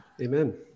Amen